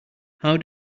how